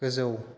गोजौ